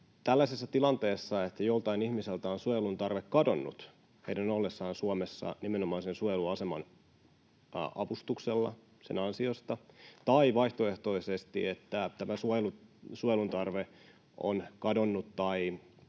Tällaisessa tilanteessa se, että joltain ihmiseltä on suojelun tarve kadonnut hänen ollessaan Suomessa nimenomaan sen suojeluaseman avustuksella, sen ansiosta, tai vaihtoehtoisesti, että tämä suojelun tarve on kadonnut